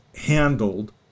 handled